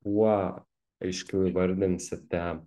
kuo aiškiau įvardinsite